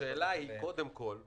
השאלה היא קודם כול,